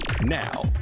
Now